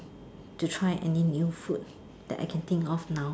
to try any new food that I can think of now